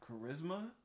charisma